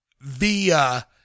via